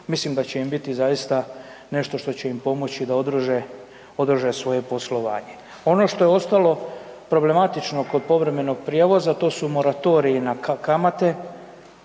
mislim da će im biti zaista nešto što će im pomoći da održe svoje poslovanje. Ono što je ostalo problematično kod povremenog prijevoza, to su moratoriji na kamate,